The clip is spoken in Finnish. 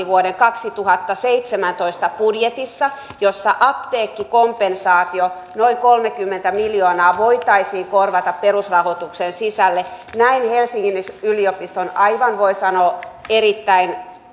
vuoden kaksituhattaseitsemäntoista budjetissa huomioitavaksi vakavan lausuman jonka mukaan apteekkikompensaatio noin kolmekymmentä miljoonaa voitaisiin korvata perusrahoituksen sisälle näin helsingin yliopiston voi sanoa erittäin